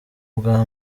ubwa